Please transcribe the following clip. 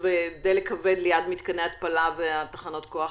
ודלק כבד ליד מתקני ההתפלה ותחנות הכוח?